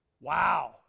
Wow